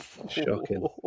Shocking